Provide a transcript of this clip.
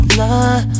love